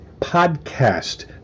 podcast